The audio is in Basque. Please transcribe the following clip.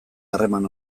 harreman